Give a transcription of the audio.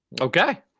Okay